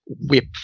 whip